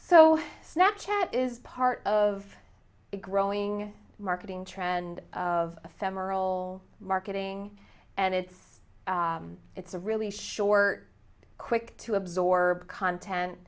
so snap chat is part of a growing marketing trend of ephemeral marketing and it's it's a really short quick to absorb content